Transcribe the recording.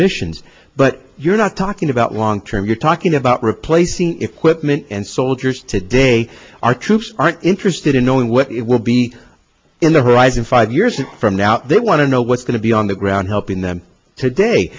missions but you're not talking about long term you're talking about replacing equipment and soldiers today our troops aren't interested in knowing what it will be in the horizon five years from now they want to know what's going to be on the ground helping them today